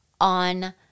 on